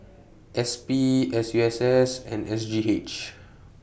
S P S U S S and S G H